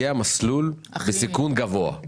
יהיה המסלול בסיכון גבוה.